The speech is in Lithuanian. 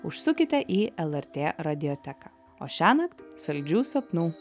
užsukite į lrt radioteką o šiąnakt saldžių sapnų